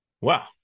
Wow